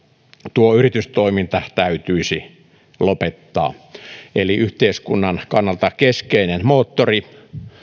tuo yritystoiminta täytyisi lopettaa eli yhteiskunnan kannalta keskeinen moottori